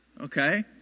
Okay